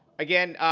again,